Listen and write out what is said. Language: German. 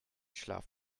schlaf